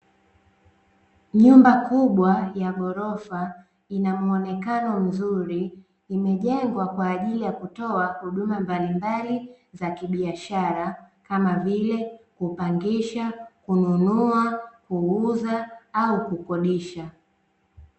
Nyumba kubwa ya gorofa ina muonekano mzuri, imejengwa kwa ajili ya kutoa huduma mbalimbali za kibiashara kama vile kupangisha, kununua, kuuza au kukodisha.